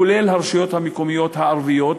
כולל הרשויות המקומיות הערביות,